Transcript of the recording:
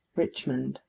richmond.